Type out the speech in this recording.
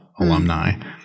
alumni